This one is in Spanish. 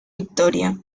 victoria